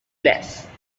place